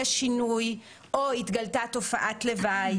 יש שינוי או התגלתה תופעת לוואי,